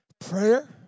Prayer